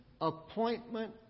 appointment